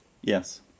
yes